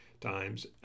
times